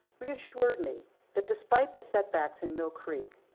reassured me that despite the setbacks in mill creek,